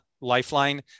lifeline